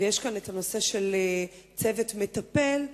ויש כאן הנושא של צוות מטפל,